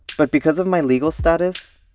but because of my legal status,